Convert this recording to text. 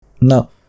Now